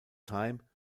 time